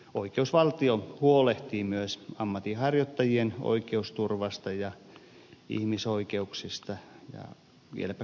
oikeusvaltio huolehtii myös ammatinharjoittajien oikeusturvasta ja ihmisoikeuksista ja vieläpä kunniastakin